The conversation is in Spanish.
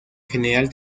general